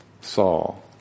Saul